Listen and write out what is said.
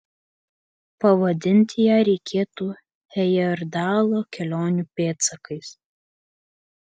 pavadinti ją reikėtų hejerdalo kelionių pėdsakais